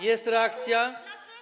Jest reakcja?